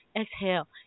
exhale